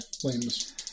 flames